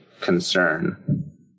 concern